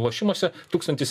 lošimuose tūkstantis